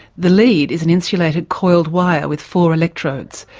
the lead is an insulated coiled wire with four electrodes,